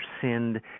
sinned